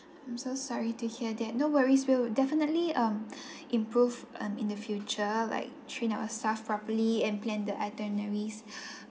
I'm so sorry to hear that no worries we will definitely um improve um in the future like train our staff properly and plan the itineraries